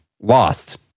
lost